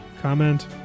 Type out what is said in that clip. comment